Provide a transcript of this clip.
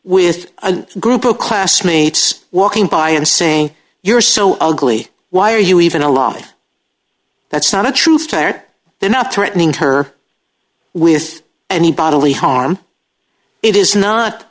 with a group of classmates walking by and saying you're so ugly why are you even alive that's not a true threat they're not threatening her with any bodily harm it is